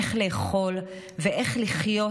איך לאכול ואיך לחיות,